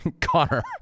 Connor